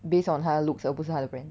based on 它的 looks 而不是它的 brand